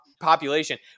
population